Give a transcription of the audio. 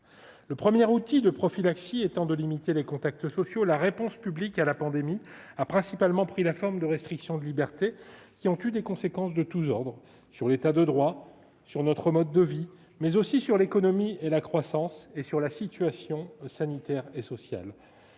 Le premier outil de prophylaxie étant de limiter les contacts sociaux, la réponse publique à la pandémie a principalement pris la forme de restrictions de liberté, qui ont eu des conséquences de tous ordres, sur l'État de droit et sur notre mode de vie, mais aussi sur l'économie et la croissance et sur la situation sanitaire et sociale.